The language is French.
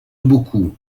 beaucoup